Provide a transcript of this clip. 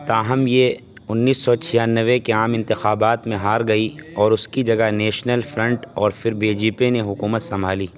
تاہم یہ انیس سو چھیانوے کے عام انتخابات میں ہار گئی اور اس کی جگہ نیشنل فرنٹ اور پھر بے جے پی نے حکومت سنبھالی